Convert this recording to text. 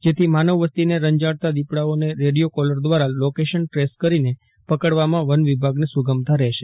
જેથી માનવ વસ્તીને રંજાડતા દીપડાઓને રેડિયો કોલર દ્વારા લોકેશન ટ્રેસ કરીને પકડવામાં વનવિભાગને સુગમતા રહેશે